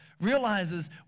realizes